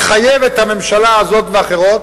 מחייבת את הממשלה הזאת ואחרות